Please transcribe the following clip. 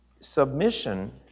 Submission